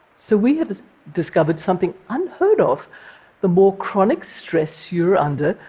so we had discovered something unheard of the more chronic stress you are under,